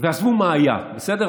עזבו את מה שהיה, בסדר?